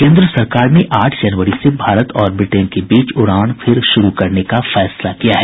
केंद्र सरकार ने आठ जनवरी से भारत और ब्रिटेन के बीच उड़ान फिर शुरू करने का फैसला किया है